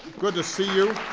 good to see you.